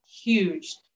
huge